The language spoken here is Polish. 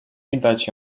widać